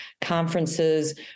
conferences